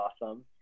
awesome